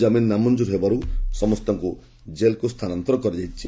କାମିନ ନାମଞ୍ଠୁର ହେବାରୁ ସମସ୍ତଙ୍କୁ ଜେଲ୍ ସ୍ଥାନାନ୍ତର କରାଯାଇଛି